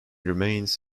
remains